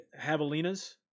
Javelinas